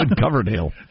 Coverdale